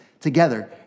together